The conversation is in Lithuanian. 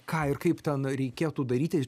ką ir kaip ten reikėtų daryti